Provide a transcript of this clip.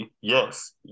yes